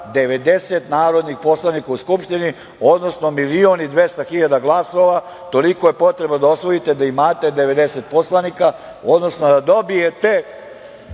90 narodnih poslanika u Skupštini, odnosno milion i 200 hiljada glasova. Toliko je potrebno da osvojite da imate 90 poslanika, odnosno da dobijete